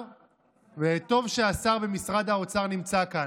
וטוב ששר ממשרד האוצר נמצא כאן,